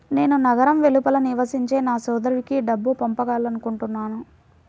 నేను నగరం వెలుపల నివసించే నా సోదరుడికి డబ్బు పంపాలనుకుంటున్నాను